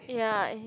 ya